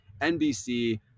NBC